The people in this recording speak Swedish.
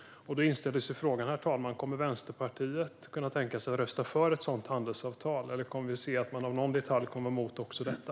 Då inställer sig frågan, herr talman: Kommer Vänsterpartiet att kunna tänka sig att rösta för ett sådant handelsavtal, eller kommer man på grund av någon detalj att vara emot också detta?